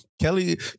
Kelly